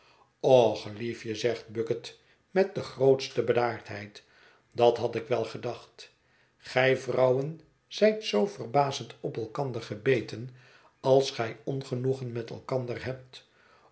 och liefje zegt bucket met de grootste bedaardheid dat had ik wel gedacht gij vrouwen zijt zoo verbazend op elkander gebeten als gij ongenoegen met elkander hebt